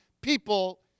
people